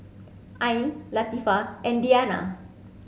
Ain Latifa and Diyana